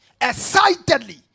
excitedly